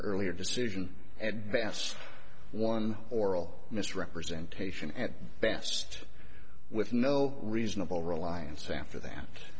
earlier decision at best one oral misrepresentation at best with no reasonable reliance after that